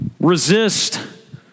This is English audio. resist